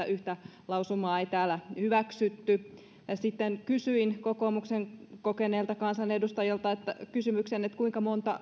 yhtä lausumaa ei täällä hyväksytty sitten kysyin kokoomuksen kokeneelta kansanedustajalta kysymyksen että kuinka monta